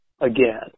again